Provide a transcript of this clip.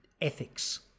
ethics